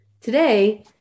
Today